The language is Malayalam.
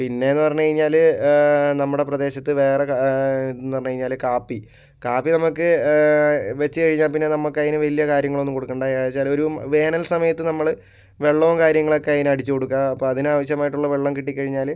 പിന്നേയെന്ന് പറഞ്ഞു കഴിഞ്ഞാൽ നമ്മുടെ പ്രദേശത്ത് വേറെ എന്ന് പറഞ്ഞു കഴിഞ്ഞാൽ കാപ്പി കാപ്പി നമുക്ക് വച്ചു കഴിഞ്ഞാൽ പിന്നെ നമുക്കതിനു വലിയ കാര്യങ്ങളൊന്നും കൊടുക്കേണ്ട ഏതാണെന്നു വച്ചാൽ ഒരു വേനൽ സമയത്ത് നമ്മൾ വെള്ളവും കാര്യങ്ങളൊക്കെ അതിന് അടിച്ചു കൊടുക്കുക അപ്പോൾ അതിനാവശ്യമായിട്ടുള്ള വെള്ളം കിട്ടിക്കഴിഞ്ഞാൽ